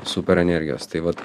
super energijos tai vat